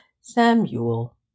Samuel